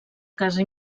casa